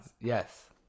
yes